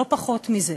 לא פחות מזה.